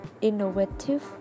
innovative